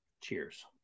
Cheers